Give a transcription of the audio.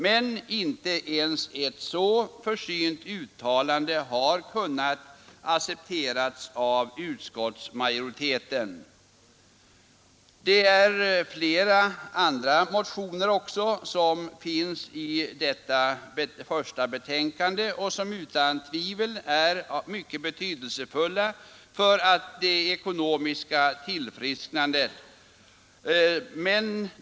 Men inte ens ett så försynt uttalande har kunnat accepteras av utskottsmajoriteten. Det är flera andra motioner som behandlas i detta första betänkande från finansutskottet och som utan tvivel är mycket betydelsefulla för det ekonomiska tillfrisknandet.